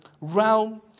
realm